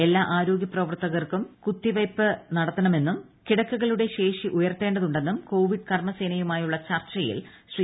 എല്ലാ ആരോഗൃ പ്രവർത്തകർക്കും കുത്തിവയ്പ്പ് നടത്തണമെന്നും കിടക്കകളുടെ ശേഷി ഉയർത്തേണ്ടതുണ്ടെന്നും കോവിഡ് കർമ്മസേനയുമായുള്ള ചർച്ചയിൽ ശ്രീ